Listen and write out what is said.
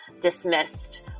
dismissed